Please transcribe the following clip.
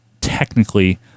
technically